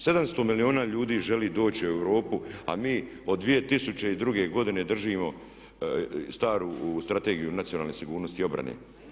700 milijuna ljudi želi doći u Europu a mi od 2002. godine držimo staru Strategiju nacionalne sigurnosti i obrane.